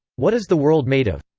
what is the world made of?